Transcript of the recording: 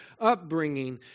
upbringing